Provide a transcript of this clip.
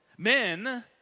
Men